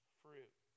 fruit